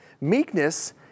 Meekness